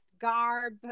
garb